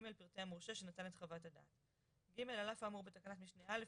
פרטי מורשה שנתן את חוות הדעת; (ג) על אף האמור בתקנת משנה (א),